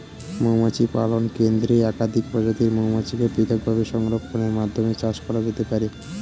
মৌমাছি পালন কেন্দ্রে একাধিক প্রজাতির মৌমাছিকে পৃথকভাবে সংরক্ষণের মাধ্যমে চাষ করা যেতে পারে